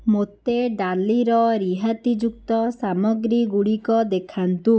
ମୋତେ ଡାଲିର ରିହାତିଯୁକ୍ତ ସାମଗ୍ରୀ ଗୁଡ଼ିକ ଦେଖାନ୍ତୁ